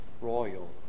royal